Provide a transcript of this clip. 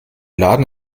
laden